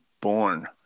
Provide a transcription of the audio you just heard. born